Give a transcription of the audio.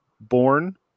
born